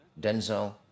Denzel